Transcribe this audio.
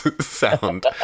sound